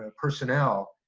ah personnel,